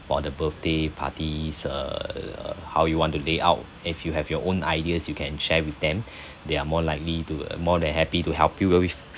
for the birthday party's err how you want to layout if you have your own ideas you can share with them they're more likely to more than happy to help you w~ with